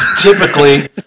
Typically